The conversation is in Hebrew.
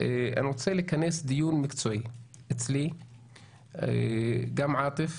אני רוצה לכנס דיון מקצועי אצלי עם עאטף,